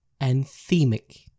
Anthemic